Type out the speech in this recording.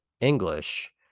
English